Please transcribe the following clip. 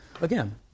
again